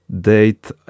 date